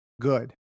good